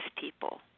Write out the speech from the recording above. people